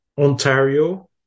Ontario